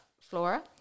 flora